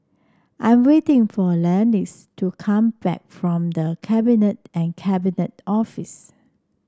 I'm waiting for Leatrice to come back from The Cabinet and Cabinet Office